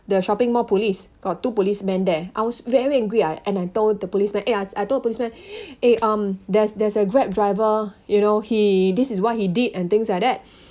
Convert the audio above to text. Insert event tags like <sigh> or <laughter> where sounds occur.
the shopping mall police got two policemen there I was very angry I and I told the policemen eh I told the policemen eh um there's there's a grab driver you know he this is what he did and things like that <breath>